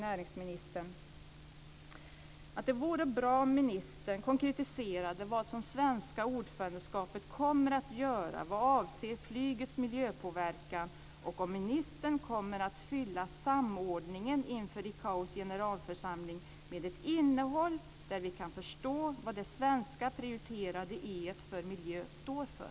Det vore bra om ministern konkretiserade vad det svenska ordförandeskapet kommer att göra vad avser flygets miljöpåverkan och om ministern kommer att fylla samordningen inför ICAO:s generalförsamling med ett innehåll, där vi kan förstå vad det svenska prioriterade e:t för environment står för.